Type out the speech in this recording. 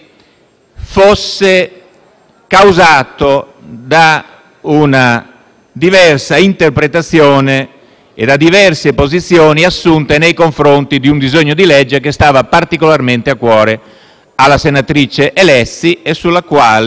fosse causato da una diversa interpretazione e da diverse posizioni assunte nei confronti di un disegno di legge che stava particolarmente a cuore alla senatrice Lezzi, sul quale